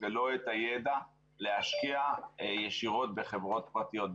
ולא את הידע להשקיע ישירות בחברות פרטיות,